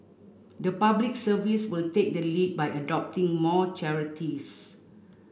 the Public Service will take the lead by adopting more charities